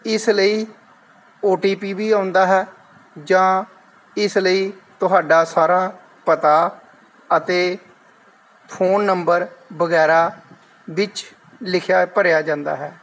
ਇਸ ਲਈ ਓਟੀਪੀ ਵੀ ਆਉਂਦਾ ਹੈ ਜਾਂ ਇਸ ਲਈ ਤੁਹਾਡਾ ਸਾਰਾ ਪਤਾ ਅਤੇ ਫੋਨ ਨੰਬਰ ਵਗੈਰਾ ਵਿੱਚ ਲਿਖਿਆ ਭਰਿਆ ਜਾਂਦਾ ਹੈ